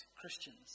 Christians